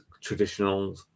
traditional